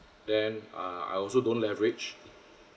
then uh I also don't leverage